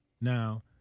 Now